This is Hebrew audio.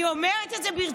אני אומרת את זה ברצינות.